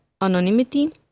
Anonymity